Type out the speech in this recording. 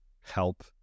help